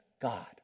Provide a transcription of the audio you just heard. God